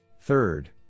Third